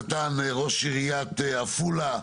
כשמצילים נפשות מותר לך לטעות.